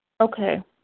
okay